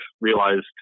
realized